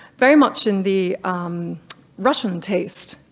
very much in the russian taste,